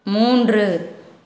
மூன்று